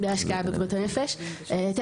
בהשקעה בבריאות הנפש, כן.